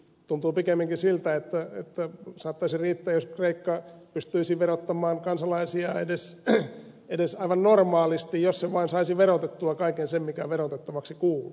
tuntuu pikemminkin siltä että saattaisi riittää jos kreikka pystyisi verottamaan kansalaisia edes aivan normaalisti jos se vain saisi verotettua kaiken sen mikä verotettavaksi kuuluu